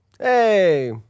Hey